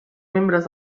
membres